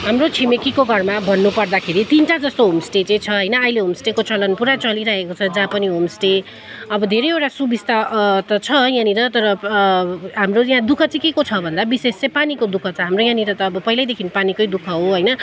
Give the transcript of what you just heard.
हाम्रो छिमेकिको घरमा भन्नु पर्दाखेरि तिनवटा जस्तो होमस्टे चाहिँ छ होइन अहिले होमस्टेको चलन चलिराखेको छ जहाँ पनि होमस्टे अब धेरैवटा सुबिस्ता त छ यहाँनिर तर हाम्रो यहाँ दु ख चाहिँ के को छ भन्दा विशेष चाहिँ पानीको दु ख छ अब हाम्रो यहाँनिर त अब पहिल्यैदेखि पानीकै दु ख हो होइन